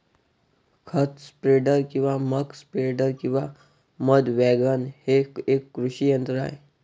खत स्प्रेडर किंवा muck spreader किंवा मध वॅगन हे एक कृषी यंत्र आहे